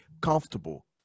comfortable